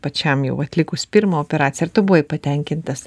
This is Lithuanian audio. pačiam jau atlikus pirmą operaciją ar tu buvai patenkintas